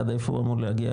עד איפה הוא אמור להגיע?